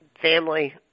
family